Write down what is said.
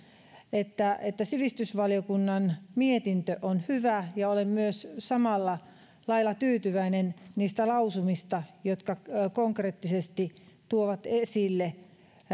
että että sivistysvaliokunnan mietintö on hyvä ja olen myös samalla lailla tyytyväinen niistä lausumista jotka konkreettisesti tuovat esille